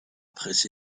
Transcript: presse